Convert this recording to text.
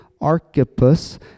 Archippus